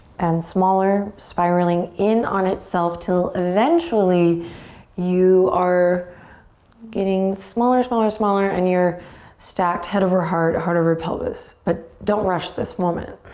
and smaller spiraling in on itself til eventually you are getting smaller, smaller, smaller and you're stacked head over heart, heart over pelvis. but don't rush this moment.